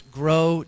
grow